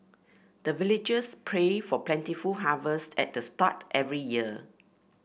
the villagers pray for plentiful harvest at the start every year